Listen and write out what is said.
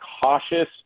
cautious